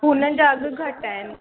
हुनन जा अघि घटि आहिनि